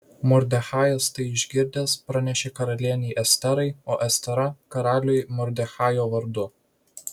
mordechajas tai išgirdęs pranešė karalienei esterai o estera karaliui mordechajo vardu